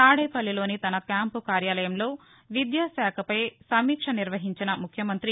తాదేపల్లిలోని తన క్యాంపు కార్యాలయంలో విద్యాశాఖపై సమీక్ష నిర్వహించిన ముఖ్యమంత్రి